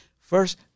First